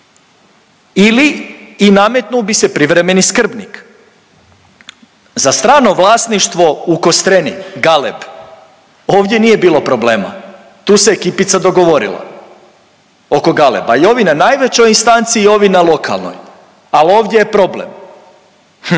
ili i nametnuo bi se privremeni skrbnik. Za strano vlasništvo u Kostreni Galeb ovdje nije bilo problema tu se ekipica dogovorila oko Galeba i ovi na najvećoj instanci i ovi na lokalnoj, ali ovdje je problem hmm.